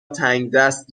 تنگدست